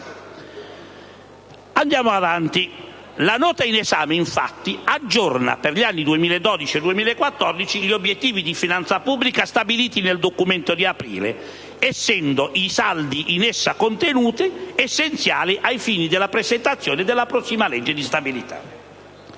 Andiamo avanti. La Nota in esame, infatti, aggiorna per gli anni 2012 e 2014 gli obiettivi di finanza pubblica stabiliti nel Documento di aprile essendo i saldi in essa contenuti essenziali ai fini della presentazione della prossima legge di stabilità.